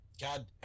God